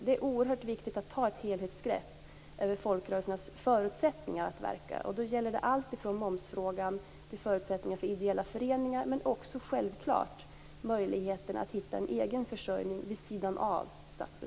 Det är oerhört viktigt att ta ett helhetsgrepp när det gäller folkrörelsernas förutsättningar att verka. Då gäller det allt från momsfrågan till förutsättningarna för ideella föreningar. Självklart gäller det också förutsättningarna att hitta en egen försörjning vid sidan av statsbidragen.